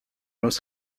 los